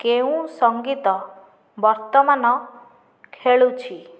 କେଉଁ ସଙ୍ଗୀତ ବର୍ତ୍ତମାନ ଖେଳୁଛି